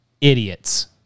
Idiots